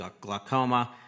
glaucoma